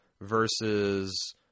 versus